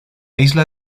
isla